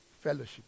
Fellowship